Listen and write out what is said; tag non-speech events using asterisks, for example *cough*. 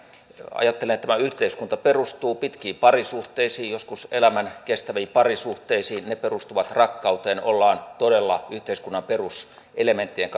tämä yhteiskunta perustuu pitkiin parisuhteisiin joskus elämän kestäviin parisuhteisiin ne perustuvat rakkauteen ollaan todella yhteiskunnan peruselementtien *unintelligible*